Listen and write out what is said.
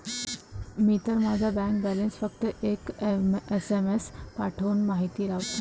मी तर माझा bank balance फक्त एक एस.एम.एस पाठवून माहिती लावतो